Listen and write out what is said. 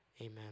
Amen